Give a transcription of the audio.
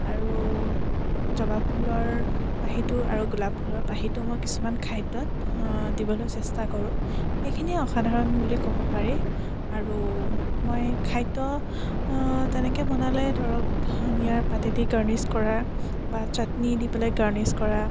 আৰু জবাফুলৰ পাহিটো আৰু গোলাপ ফুলৰ পাহিটো মই কিছুমান খাদ্যত দিবলৈ চেষ্টা কৰোঁ এইখিনিয়েই অসাধাৰণ বুলি ক'ব পাৰি আৰু মই খাদ্য তেনেকৈ বনালে ধৰক ধনিয়াৰ পাতেদি গাৰ্নিছ কৰা বা চাটনি দি পেলাই গাৰ্নিছ কৰা